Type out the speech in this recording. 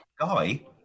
Guy